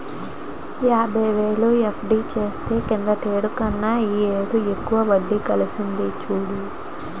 యాబైవేలు ఎఫ్.డి చేస్తే కిందటేడు కన్నా ఈ ఏడాది ఎక్కువ వడ్డి కలిసింది చూడు